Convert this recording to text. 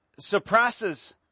suppresses